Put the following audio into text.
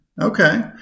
Okay